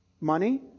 money